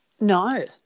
No